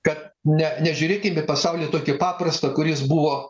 kad ne nežiūrėkim į pasaulį tokį paprastą kuris buvo